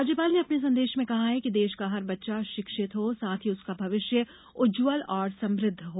राज्यपाल ने अपने संदेश में कहा है कि देश का हर बच्चा शिक्षित हो साथ ही उसका भविष्य उज्जवल और समुद्ध हो